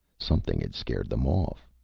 something had scared them off,